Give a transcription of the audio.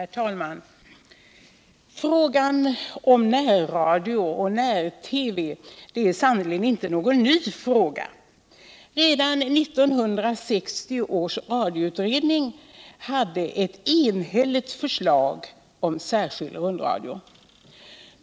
Herr talman! Frågan om närradio och när-TV är sannerligen inte någon ny fråga. Redan 1960 års radioutredning framlade ett enhälligt förslag om särskild rundradio.